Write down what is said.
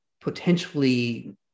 potentially